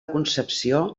concepció